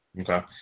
Okay